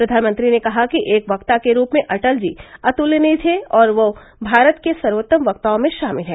प्रधानमंत्री ने कहा कि एक क्ता के रूप में अटल जी अतुलनीय थे और वह भारत के सर्वोत्तम वक्ताओं में शामिल हैं